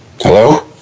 Hello